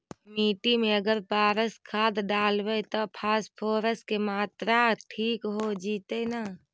मिट्टी में अगर पारस खाद डालबै त फास्फोरस के माऋआ ठिक हो जितै न?